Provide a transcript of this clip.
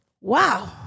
Wow